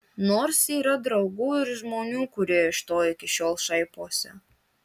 nors yra draugų ir žmonių kurie iš to iki šiol šaiposi